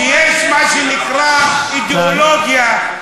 שיש מה שנקרא אידיאולוגיה,